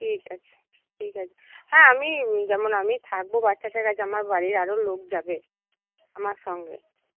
ঠিক আছে ঠিক আছে হ্যাঁ আমি যেমন আমি থাকবো বাচ্চাদের কাছে আমার বাড়ির আরও লোক যাবে আমার সঙ্গে